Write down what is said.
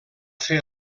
fer